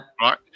Right